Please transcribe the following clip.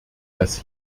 dass